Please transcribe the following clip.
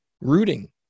rooting